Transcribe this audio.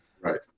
right